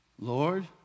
Lord